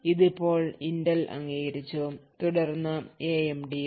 ഇത് ഇപ്പോൾ ഇന്റൽ അംഗീകരിച്ചു തുടർന്ന് AMDയും